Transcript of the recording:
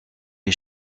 est